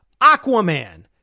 Aquaman